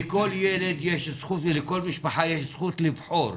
לכל ילד יש זכות ולכל משפחה יש זכות לבחור.